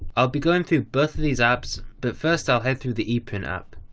i'll be going through both of these apps but first i'll head through the eprint app,